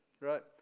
Right